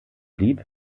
blieb